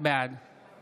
בעד